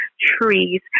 trees